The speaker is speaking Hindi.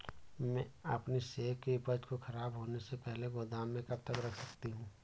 मैं अपनी सेब की उपज को ख़राब होने से पहले गोदाम में कब तक रख सकती हूँ?